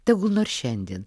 tegul nors šiandien